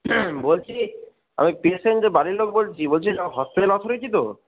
বলছি আমি পেশেন্ট বাড়ির লোক বলছি বলছি হসপিটাল অথরিটি হয়েছি তো